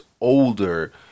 older